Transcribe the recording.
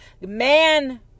Man